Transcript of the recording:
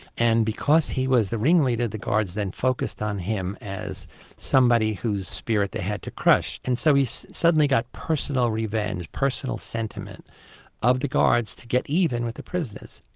and because he was the ringleader the guards then focused on him as somebody whose spirit they had to crush. and so you suddenly got personal revenge, personal sentiment of the guards to get even with the prisoners.